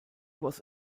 was